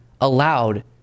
allowed